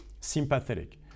sympathetic